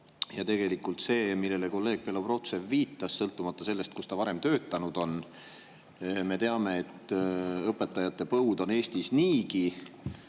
Ja tegelikult see, millele kolleeg Belobrovtsev viitas, sõltumata sellest, kus ta varem töötanud on – me teame, et õpetajate põud on Eestis niigi